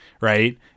right